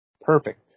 Perfect